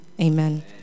Amen